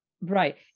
right